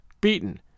beaten